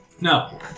No